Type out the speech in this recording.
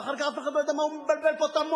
ואחר כך אף אחד לא יודע מה הוא מבלבל פה את המוח.